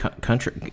Country